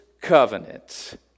covenant